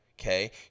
Okay